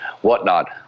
whatnot